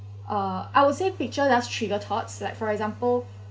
uh I would say picture last trigger thoughts like for example